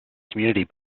community